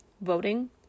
voting